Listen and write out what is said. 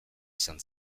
izan